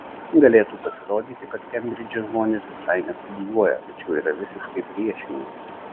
galėtų pasirodyti kad kembridže žmonės visai nestudijuoja tačiau yra visiškai priešingai